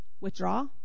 Withdraw